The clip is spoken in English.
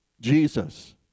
Jesus